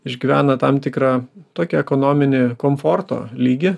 išgyvena tam tikrą tokį ekonominį komforto lygį